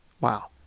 Wow